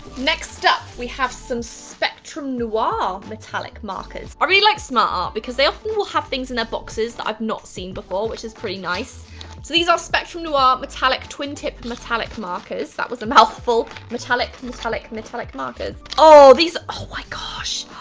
next up, we have some spectrum noir ah metallic markers, i really like smartart because they often will have things in their boxes that i've not seen before, which is pretty nice. so these are spectrum noir ah metallic twin tip metallic markers that was a mouthful. metallic, metallic, metallic markers. oh, these oh my gosh!